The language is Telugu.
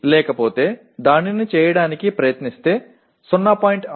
లేకపోతే దానిని చేయడానికి ప్రయత్నిస్తే 0